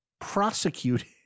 prosecuting